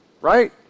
Right